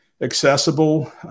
accessible